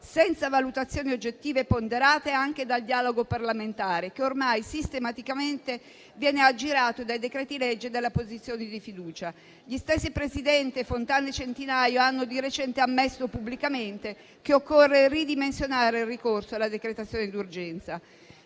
senza valutazioni oggettive ponderate anche dal dialogo parlamentare, che ormai sistematicamente viene aggirato dai decreti-legge e dall'apposizione della fiducia. Gli stessi presidenti Fontana e Centinaio hanno di recente ammesso pubblicamente che occorre ridimensionare il ricorso alla decretazione d'urgenza.